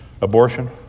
Abortion